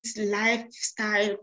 lifestyle